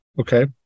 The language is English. Okay